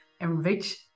enrich